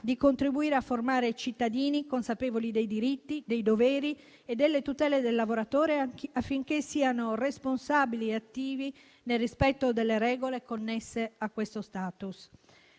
di contribuire a formare cittadini consapevoli dei diritti, dei doveri e delle tutele del lavoratore, affinché siano responsabili e attivi nel rispetto delle regole connesse a questo *status.*